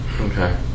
Okay